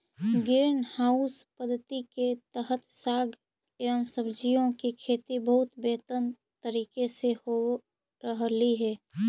green house पद्धति के तहत साग एवं सब्जियों की खेती बहुत बेहतर तरीके से हो रहलइ हे